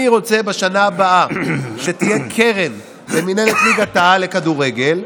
אני רוצה בשנה הבאה שתהיה קרן למינהלת ליגת-העל לכדורגל,